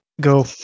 go